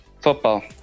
Football